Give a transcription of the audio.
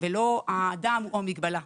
ולא האדם הוא המגבלה.